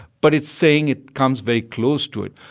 but it's saying it comes very close to it.